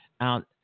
out